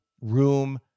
room